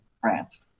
France